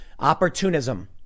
Opportunism